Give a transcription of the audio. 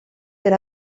per